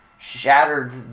shattered